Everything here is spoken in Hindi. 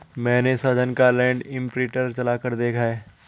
मैने साजन का लैंड इंप्रिंटर चलाकर देखा है